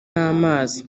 n’amazi